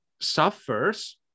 suffers